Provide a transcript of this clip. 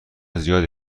زیادی